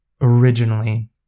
originally